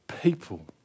people